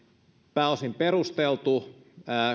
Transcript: pääosin perusteltu